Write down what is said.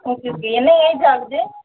okay okay என்ன age ஆகுது